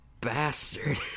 bastard